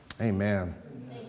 Amen